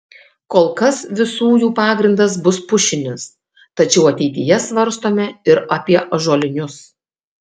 kol kas visų jų pagrindas bus pušinis tačiau ateityje svarstome ir apie ąžuolinius